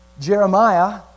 Jeremiah